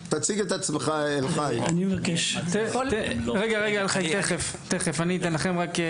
בבקשה, חברת הכנסת